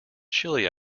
chilly